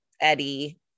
Eddie